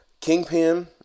Kingpin